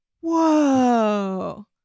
whoa